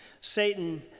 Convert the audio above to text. Satan